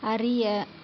அறிய